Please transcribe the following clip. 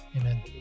amen